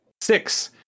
Six